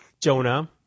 Jonah